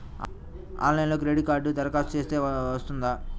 ఆన్లైన్లో క్రెడిట్ కార్డ్కి దరఖాస్తు చేస్తే వస్తుందా?